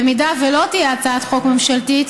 במידה שלא תהיה הצעת חוק ממשלתית,